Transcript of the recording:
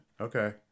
Okay